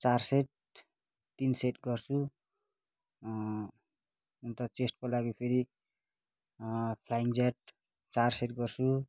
चार सेट तिन सेट गर्छु अन्त चेस्टको लागि फेरि फ्लाइङ ज्याट चार सेट गर्छु